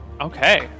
Okay